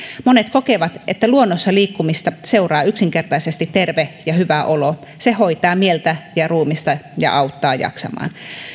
monet kokevat että luonnossa liikkumista seuraa yksinkertaisesti terve ja hyvä olo se hoitaa mieltä ja ruumista ja auttaa jaksamaan